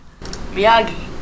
Miyagi